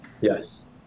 Yes